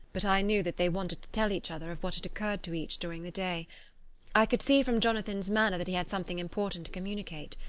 but i knew that they wanted to tell each other of what had occurred to each during the day i could see from jonathan's manner that he had something important to communicate.